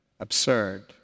absurd